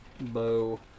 bow